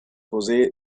rosé